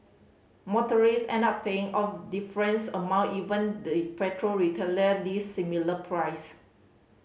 motorist end up paying of difference amount even the petrol retailer list similar price